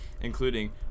including